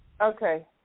Okay